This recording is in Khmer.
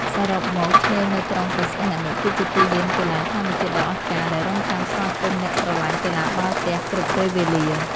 សរុបមក ឆ្នេរនៅក្រុងព្រះសីហនុគឺជាទីលានកីឡាធម្មជាតិដ៏អស្ចារ្យ ដែលរង់ចាំស្វាគមន៍អ្នកស្រឡាញ់កីឡាបាល់ទះគ្រប់ពេលវេលា។